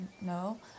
no